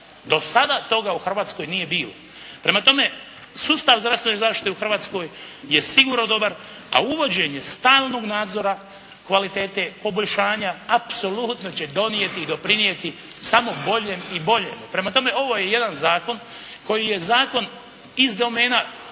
Do sada toga u Hrvatskoj nije bilo. Prema tome sustav zdravstvene zaštite u Hrvatskoj je sigurno dobar a uvođenje stalnog nadzora kvalitete poboljšanja apsolutno će donijeti i doprinijeti samo boljem i boljem. Prema tome ovo je jedan zakon koji je zakon iz domena